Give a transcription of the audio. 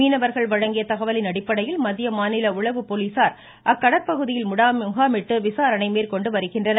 மீனவர்கள் வழங்கிய தகவலின் அடிப்படையில் மத்திய மாநில உளவு போலீசார் அக்கடற்பகுதியில் முகாமிட்டு விசாரணை மேற்கொண்டு வருகின்றனர்